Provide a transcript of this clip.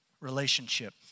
Relationship